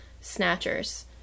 snatchers